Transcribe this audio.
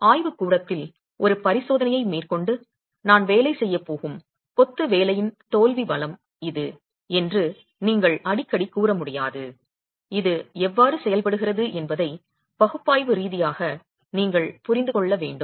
ஆய்வுக்கூடத்தில் ஒரு பரிசோதனையை மேற்கொண்டு நான் வேலை செய்யப்போகும் கொத்துவேலையின் தோல்வி பலம் இது என்று நீங்கள் அடிக்கடி கூற முடியாது இது எவ்வாறு செயல்படுகிறது என்பதை பகுப்பாய்வு ரீதியாக நீங்கள் புரிந்து கொள்ள வேண்டும்